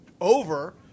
over